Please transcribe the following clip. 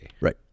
Right